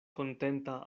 kontenta